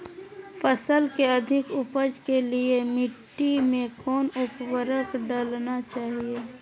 फसल के अधिक उपज के लिए मिट्टी मे कौन उर्वरक डलना चाइए?